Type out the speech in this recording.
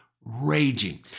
raging